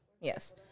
yes